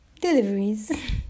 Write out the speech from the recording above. deliveries